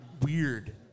weird